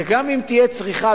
וגם אם תהיה צריכה,